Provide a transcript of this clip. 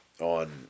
on